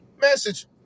Message